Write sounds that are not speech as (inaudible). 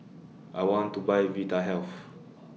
I want to Buy Vitahealth (noise)